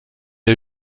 est